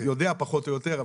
אני יודע פחות או יותר,